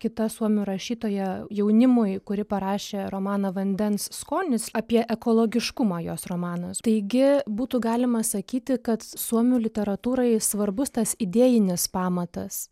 kita suomių rašytoja jaunimui kuri parašė romaną vandens skonis apie ekologiškumą jos romanas taigi būtų galima sakyti kad suomių literatūrai svarbus tas idėjinis pamatas